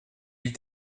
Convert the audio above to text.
ils